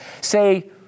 say